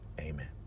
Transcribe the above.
Amen